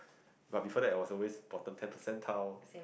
but before that I was always bottom ten percentile